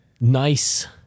Nice